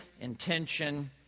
intention